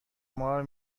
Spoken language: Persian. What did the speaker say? مار